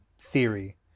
theory